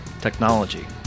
technology